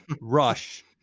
rush